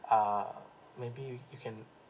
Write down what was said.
uh maybe you you can